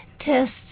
tests